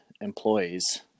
employees